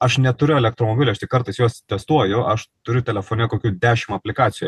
aš neturiu elektromobilio aš tik kartais juos testuoju aš turiu telefone kokių dešim aplikacijų